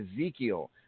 Ezekiel